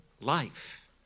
life